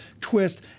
twist